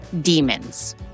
demons